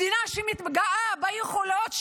מדינה שמתגאה ביכולות שלה,